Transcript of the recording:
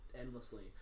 endlessly